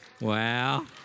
Wow